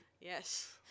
yes